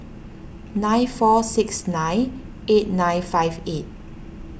nine four six nine eight nine five eight